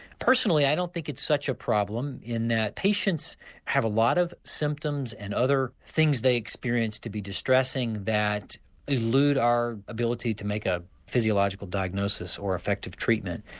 personally i don't think it's such a problem in that patients have a lot of symptoms and other things they experience to be distressing that elude our ability to make a physiological diagnosis or effective treatment.